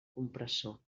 compressor